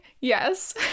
Yes